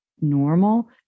normal